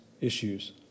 issues